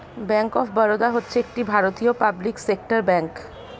bank of Baroda হচ্ছে একটি ভারতীয় পাবলিক সেক্টর ব্যাঙ্ক